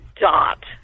dot